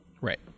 right